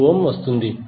292 ohm వస్తుంది